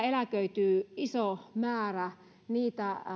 eläköityy iso määrä niitä